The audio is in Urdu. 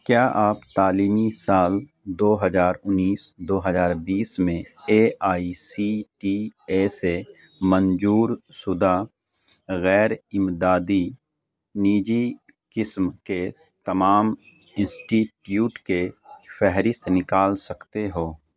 کیا آپ تعلیمی سال دو ہزار انیس دو ہزار بیس میں A I C T E سے منظور شدہ غیر امدادی نجی قسم کے تمام انسٹیٹیوٹ کے فہرست نکال سکتے ہو